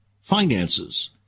finances